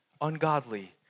ungodly